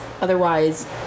otherwise